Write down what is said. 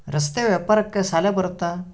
ರಸ್ತೆ ವ್ಯಾಪಾರಕ್ಕ ಸಾಲ ಬರುತ್ತಾ?